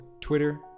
twitter